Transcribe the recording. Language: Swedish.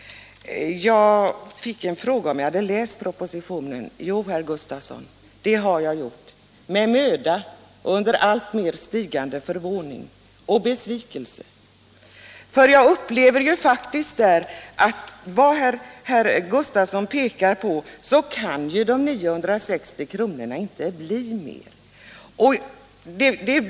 Jag fick frågan om jag hade läst propositionen. Jo, herr Gustavsson, det har jag gjort — med möda och under alltmer stigande förvåning och besvikelse, för jag upplever faktiskt där att vad herr Gustavsson än pekar på, så kan de 960 kronorna inte bli mer.